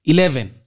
Eleven